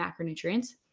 macronutrients